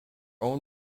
own